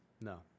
No